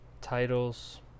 titles